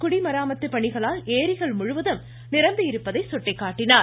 குடிமராமத்து பணிகளால் ஏரிகள் முழுவதும் தமது அரசின் நிரம்பியிருப்பதை சுட்டிக்காட்டினார்